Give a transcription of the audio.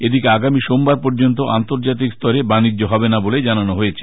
এদিকে আগামী সোমবার পর্যন্ত আন্তর্জাতিক স্হরে বানিজ্য হবে না বলে জানানো হয়েছে